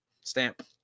Stamp